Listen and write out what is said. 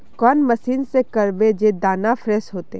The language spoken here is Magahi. कौन मशीन से करबे जे दाना फ्रेस होते?